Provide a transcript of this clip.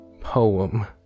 poem